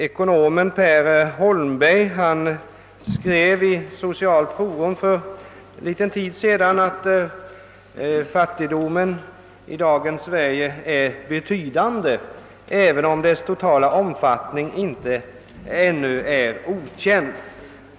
Ekonomen Per Holm berg skrev i »Socialt forum» för någon tid sedan, att fattigdomen i dagens Sverige är betydande även om dess totala omfattning ännu är okänd.